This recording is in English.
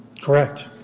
Correct